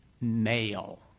male